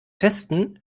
testen